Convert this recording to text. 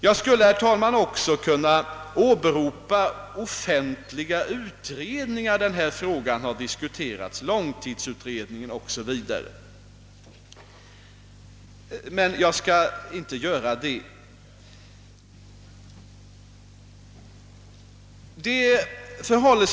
Jag skulle också kunna åberopa offentliga utredningar där denna fråga har behandlats — exempelvis långtidsutredningen — men jag skall inte göra det.